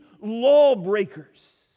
lawbreakers